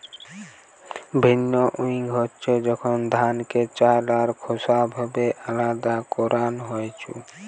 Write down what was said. ভিন্নউইং হচ্ছে যখন ধানকে চাল আর খোসা ভাবে আলদা করান হইছু